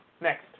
next